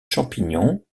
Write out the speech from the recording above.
champignon